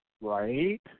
Right